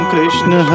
Krishna